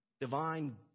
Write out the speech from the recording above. Divine